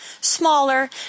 smaller